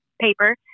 paper